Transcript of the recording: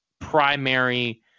primary